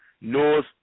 knows